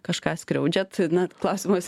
kažką skriaudžiat na klausimas